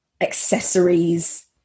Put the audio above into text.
accessories